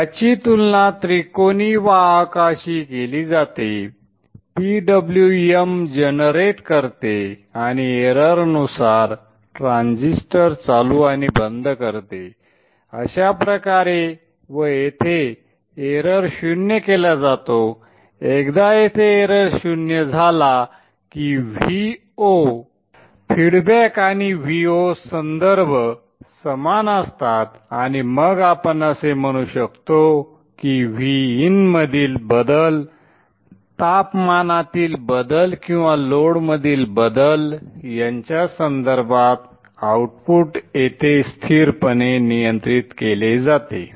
याची तुलना त्रिकोणी वाहकाशी केली जाते PWM जनरेट करते आणि एरर नुसार ट्रान्झिस्टर चालू आणि बंद करते अशा प्रकारे व येथे एरर शून्य केला जातो एकदा येथे एरर शून्य झाला की Vo फीडबॅक आणि Vo संदर्भ समान असतात आणि मग आपण असे म्हणू शकतो की Vin मधील बदल तापमानातील बदल किंवा लोडमधील बदल यांच्या संदर्भात आउटपुट येथे स्थिरपणे नियंत्रित केले जाते